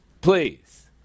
Please